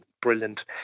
Brilliant